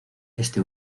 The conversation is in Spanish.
este